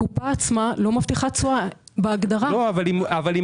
הקופה עצמה לא מבטיחה תשואה, בהגדרה, נקודה.